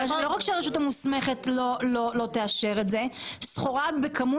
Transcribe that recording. לא רק שהרשות המוסמכת לא תאשר את זה אלא סחורה בסכום